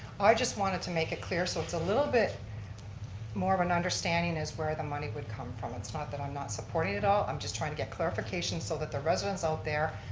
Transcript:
i just wanted to make it clear so it's a little bit more of an understanding as where the money would come from. it's not that i'm not supporting at all, i'm just trying to get clarification so that the residents out there.